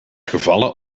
gevallen